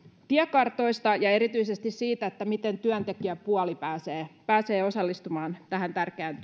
tiekartoista ja erityisesti siitä miten työntekijäpuoli pääsee pääsee osallistumaan tähän tärkeään